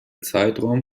zeitraum